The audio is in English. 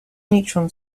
neutron